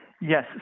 Yes